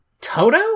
Toto